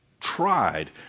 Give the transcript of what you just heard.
tried